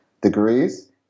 degrees